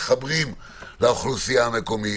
מתחברים לאוכלוסייה המקומית